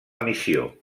emissió